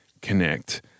connect